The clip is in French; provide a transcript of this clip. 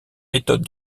méthode